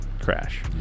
crash